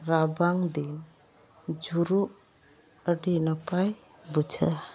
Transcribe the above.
ᱨᱟᱵᱟᱝᱫᱤᱱ ᱡᱩᱨᱩᱜ ᱟᱹᱰᱤ ᱱᱟᱯᱟᱭ ᱵᱩᱡᱷᱟᱹᱜᱼᱟ